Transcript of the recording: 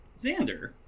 Xander